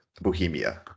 Bohemia